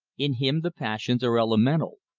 in him the passions are elemental,